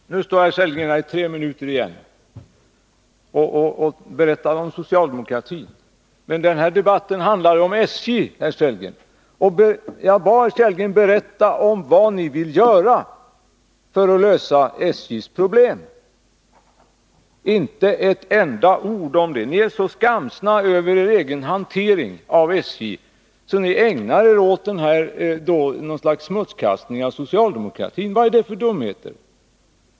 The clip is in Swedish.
Herr talman! Nu står herr Sellgren här i tre minuter igen och berättar om socialdemokratin. Men den här debatten handlar om SJ, herr Sellgren. Jag bad herr Sellgren berätta vad man vill göra för att lösa SJ:s problem. Inte ett enda ord om det! Ni är så skamsna över er egen hantering av SJ att ni ägnar er åt något slags smutskastning av socialdemokratin. Vad är det för dumheter?